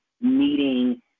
meeting